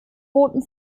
boten